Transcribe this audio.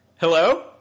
Hello